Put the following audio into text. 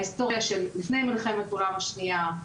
ההיסטוריה של לפני מלחמת העולם השנייה,